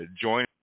join